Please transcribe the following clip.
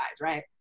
right